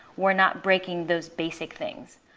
we're not breaking those basic things.